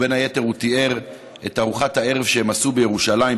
ובין היתר הוא תיאר את ארוחת הערב שהם עשו בירושלים,